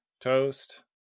toast